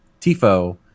TIFO